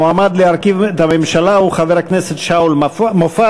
המועמד להרכיב את הממשלה הוא חבר הכנסת שאול מופז.